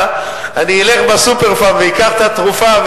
אני אלך ל"סופרפארם" ואקח את התרופה,